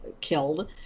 killed